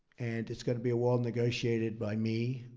and it's going to be a wall negotiated by me.